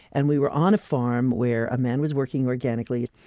and we were on a farm where a man was working organically.